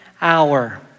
hour